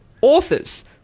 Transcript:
authors